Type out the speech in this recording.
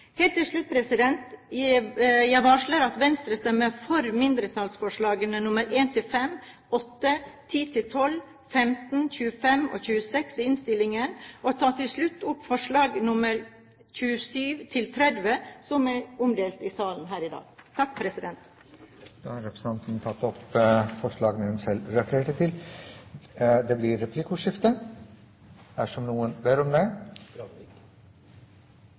Helt til slutt: Jeg varsler at Venstre stemmer for mindretallsforslagene nr. 1–5, 8, 10–12, 15, 25 og 26 i innstillingen, og tar til slutt opp forslagene nr. 29–32, som er omdelt i salen her i dag. Representanten Borghild Tenden har tatt opp de forslagene hun refererte til. Det blir replikkordskifte. Det